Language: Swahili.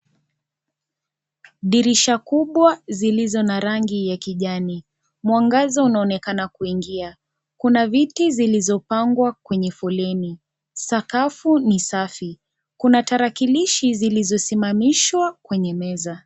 Dirisha kubwa zilizo na rangi ya kijani, mwangaza unaonekana kuingia, kuna viti zilizopangwa kwenye foleni, sakafu ni safi, kuna tarakilishi zilizosimamishwa kwenye meza.